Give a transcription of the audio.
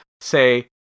Say